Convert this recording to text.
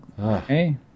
hey